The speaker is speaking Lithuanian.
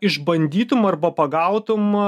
išbandytum arba pagautum